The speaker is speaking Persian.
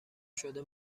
شده